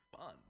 fun